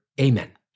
Amen